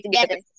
together